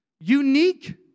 unique